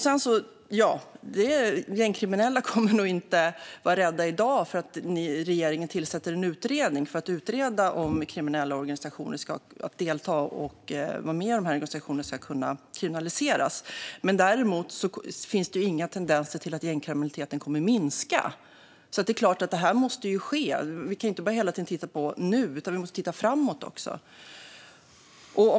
Nej, gängkriminella kommer nog inte att bli rädda i dag därför att regeringen tillsätter en utredning för att undersöka om det kan kriminaliseras att vara med i de kriminella organisationerna. Däremot finns det inga tendenser att gängkriminaliteten minskar, så det är klart att detta måste ske. Vi kan inte hela tiden titta enbart på nuet, utan vi måste titta framåt också.